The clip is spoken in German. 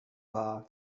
war